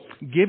Give